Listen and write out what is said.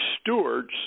stewards